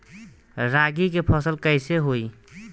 रागी के फसल कईसे होई?